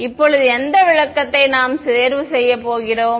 இப்போது எந்த விளக்கத்தை நாம் தேர்வு செய்யப் போகிறோம்